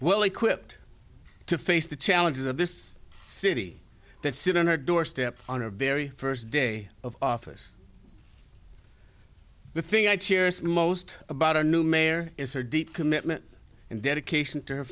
well equipped to face the challenges of this city that sit on her doorstep on her very first day of office the thing i cherish most about our new mayor is her deep commitment and dedication to her